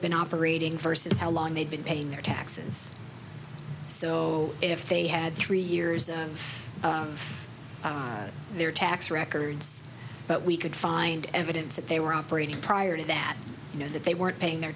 been operating first is how long they'd been paying their taxes so if they had three years of their tax records but we could find evidence that they were operating prior to that you know that they weren't paying their